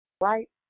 right